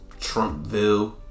Trumpville